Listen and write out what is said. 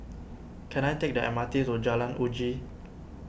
can I take the M R T to Jalan Uji